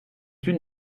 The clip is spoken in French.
une